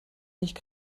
nicht